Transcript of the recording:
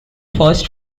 first